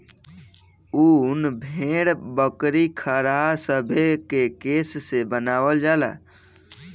उन भेड़, बकरी, खरहा सभे के केश से बनावल जाला